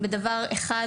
בדבר אחד,